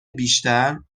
بیشتر